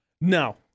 No